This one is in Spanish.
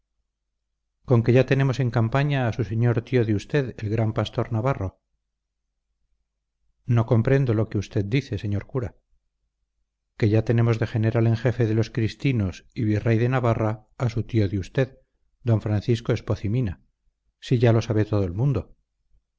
con que ya tenemos en campaña a su señor tío de usted el gran pastor navarro no comprendo lo que usted dice señor cura que ya tenemos de general en jefe de los cristinos y virrey de navarra a su tío de usted d francisco espoz y mina si ya lo sabe todo el mundo